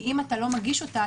אם אתה לא מגיש אותה,